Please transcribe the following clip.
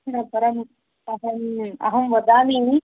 न परम् अहम् अहं वदामि